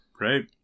Right